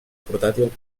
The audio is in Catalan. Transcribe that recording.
portàtil